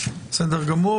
בסדר גמור,